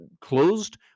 closed